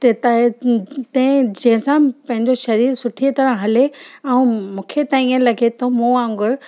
ते त तंहिं जंहिं सां पंहिंजो शरीर सुठे तरह हले ऐं मूंखे त ईअं लॻे थो मूं वांगुर